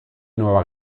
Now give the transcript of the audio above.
nueva